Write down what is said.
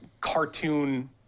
cartoon